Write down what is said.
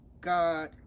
God